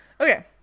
Okay